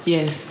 Yes